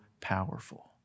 powerful